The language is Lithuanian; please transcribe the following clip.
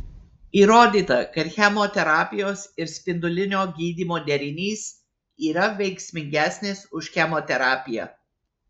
įrodyta kad chemoterapijos ir spindulinio gydymo derinys yra veiksmingesnis už chemoterapiją